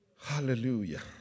Hallelujah